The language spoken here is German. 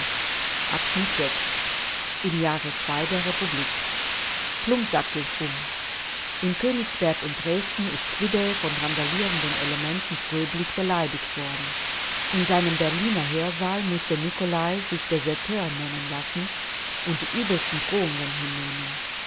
im jahre ii der republik plumpsack geht um in königsberg und dresden ist quidde von randalierenden elementen gröblich beleidigt worden in seinem berliner hörsaal mußte nicolai sich deserteur nennen lassen und die übelsten drohungen hinnehmen